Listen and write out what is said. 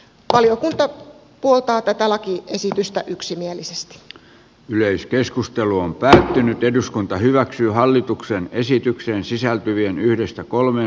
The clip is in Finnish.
valiokunta puoltaa tätä lakiesitystä yksimielisesti yleiskeskustelu on päättynyt eduskunta hyväksyy hallituksen esitykseen sisältyvien yhdestä kolmeen